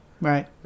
Right